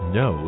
no